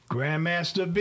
Grandmaster